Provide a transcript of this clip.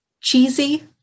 cheesy